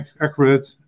accurate